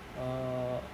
err